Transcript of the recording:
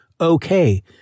okay